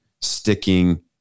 sticking